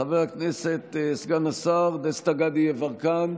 חבר הכנסת סגן השר דסטה גדי יברקן,